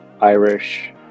Irish